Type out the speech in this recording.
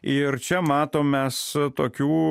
ir čia matom mes tokių